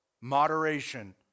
Moderation